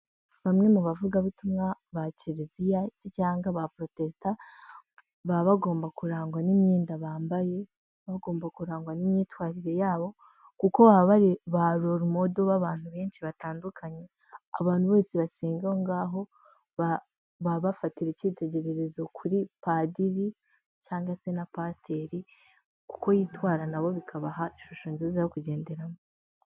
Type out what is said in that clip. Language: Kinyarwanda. Bamwe mu bavugabutumwa ba kiliziya cyangwa aba protesta baba bagomba kurangwa n'imyenda bambaye bagomba kurangwa n'imyitwarire yabo kuko baba ba roro y'abantu benshi batandukanye. Abantu bose basengangaho babafatiraho icyitegererezo kuri padiri cyangwa se na pasiteri uko yitwara nabo bikabaha ishusho nziza yo kugenderamo.